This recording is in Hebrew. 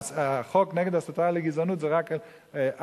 החוק נגד הסתה לגזענות זה רק ערבים,